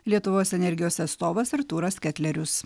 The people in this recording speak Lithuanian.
lietuvos energijos atstovas artūras ketlerius